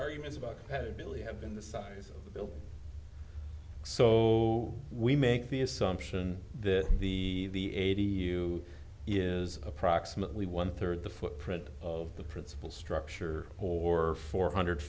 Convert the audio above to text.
arguments about had billy have been the size of the building so we make the assumption that the the eighty you is approximately one third the footprint of the principal structure or four hundred